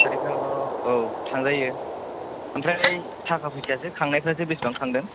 pass तारिखाव औ थांजायो ओमफ्राय थाखा फैसायासो खांनायफोरासो बेसेबां खांदों